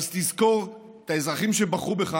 אז תזכור את האזרחים שבחרו בך,